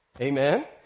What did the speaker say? Amen